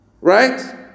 right